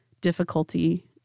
difficulty